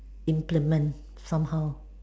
implement somehow